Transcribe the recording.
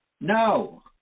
No